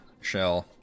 shell